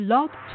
Love